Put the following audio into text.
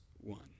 one